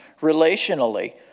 relationally